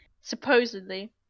supposedly